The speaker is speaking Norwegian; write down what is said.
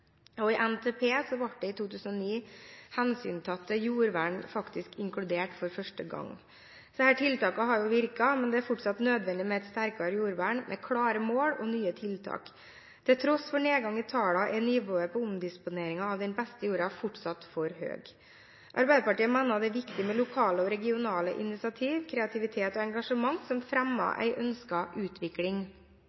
I NTP i 2009 ble det hensyntatte jordvern faktisk inkludert for første gang. Disse tiltakene har virket, men det er fortsatt nødvendig med et sterkere jordvern med klare mål om nye tiltak. Til tross for nedgang i tallene er nivået på omdisponeringen av den beste jorda fortsatt for høy. Arbeiderpartiet mener det er viktig med lokale og regionale initiativ, kreativitet og engasjement som